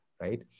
right